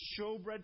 showbread